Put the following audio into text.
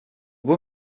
beau